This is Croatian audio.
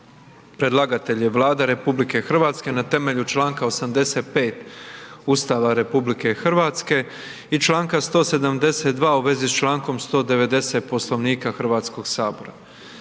Predlagatelj je Vlada Republike Hrvatske na temelju članka 85. Ustava RH i čl. 172. Poslovnika Hrvatskog sabora.